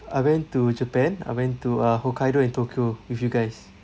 I went to japan I went to uh hokkaido and tokyo with you guys